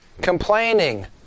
complaining